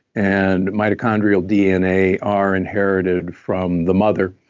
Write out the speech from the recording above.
and mitochondrial dna are inherited from the mother.